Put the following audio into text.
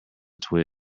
twig